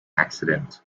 accident